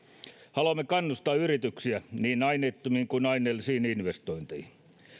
haluamme kannustaa yrityksiä niin aineettomiin kuin aineellisiin investointeihin